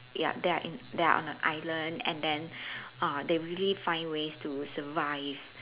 ya they are in they are on an island and then uh they really find ways to survive